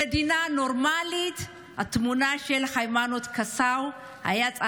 במדינה נורמלית התמונה של היימנוט קסאו הייתה